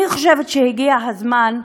אני חושבת שהגיע הזמן,